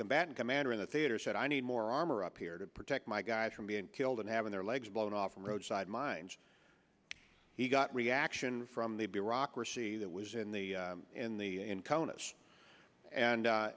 combatant commander in the theater said i need more armor up here to protect my guys from being killed and having their legs blown off in roadside mines he got reaction from the bureaucracy that was in the in the conus and